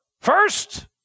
first